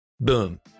Boom